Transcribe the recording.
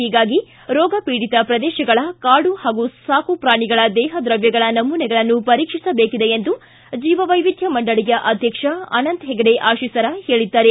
ಹೀಗಾಗಿ ರೋಗಪೀಡಿತ ಪ್ರದೇಶಗಳ ಕಾಡು ಹಾಗೂ ಸಾಕು ಪ್ರಾಣಿಗಳ ದೇಹ ದ್ರವ್ಯಗಳ ನಮೂನೆಗಳನ್ನು ಪರೀಕ್ಷಿಸಬೇಕಿದೆ ಎಂದು ಜೀವವೈವಿಧ್ಯ ಮಂಡಳಿಯ ಅಧ್ಯಕ್ಷ ಅನಂತ ಹೆಗಡೆ ಅಶೀಸರಾ ಹೇಳಿದ್ದಾರೆ